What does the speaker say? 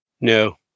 No